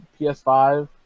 ps5